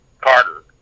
Carter